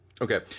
Okay